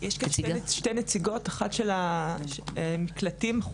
יש פה שתי נציגות: אחת של המקלטים,